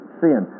sin